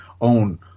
own